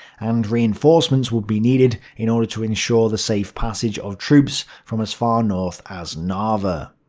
and reinforcements would be needed in order to ensure the safe passage of troops from as far north as narva.